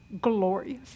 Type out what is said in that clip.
glorious